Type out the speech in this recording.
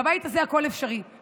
בבית הזה הכול אפשרי,